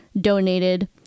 donated